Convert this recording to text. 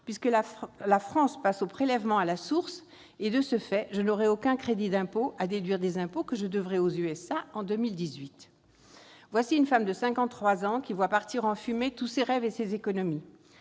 puisque la France passe au prélèvement à la source et, de ce fait, je n'aurai aucun crédit d'impôt à déduire des impôts que je devrai aux USA en 2018. » Voilà une femme de cinquante-trois ans qui voit partir en fumée tous ses rêves et ses économies